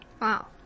Wow